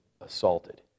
assaulted